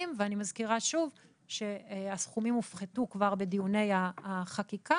ואני מזכירה שוב שהסכומים הופחתו כבר בדיוני החקיקה